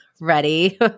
ready